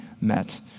met